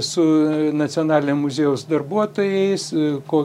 su nacionalinio muziejaus darbuotojais ko